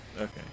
Okay